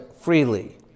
freely